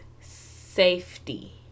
safety